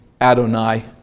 Adonai